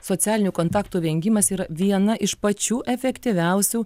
socialinių kontaktų vengimas yra viena iš pačių efektyviausių